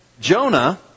Jonah